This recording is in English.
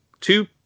two